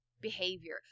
behavior